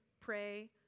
pray